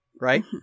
right